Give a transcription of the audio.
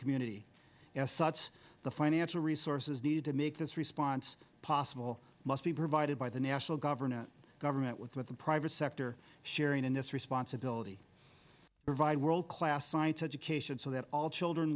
community such as the financial resources needed to make this response possible must be provided by the national government government with the private sector sharing in this responsibility provide world class science education so that all children